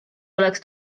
oleks